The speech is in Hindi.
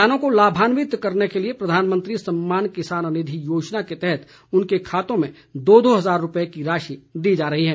किसानों को लाभान्वित करने के लिए प्रधानमंत्री सम्मान किसान निधि योजना के तहत उनके खातों में दो दो हजार रुपये की राशि दी जा रही है